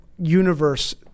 universe